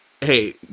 hey